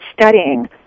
studying